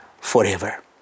forever